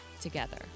together